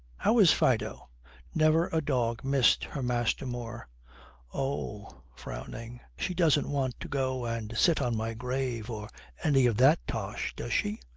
how is fido never a dog missed her master more oh, frowning. she doesn't want to go and sit on my grave, or any of that tosh, does she?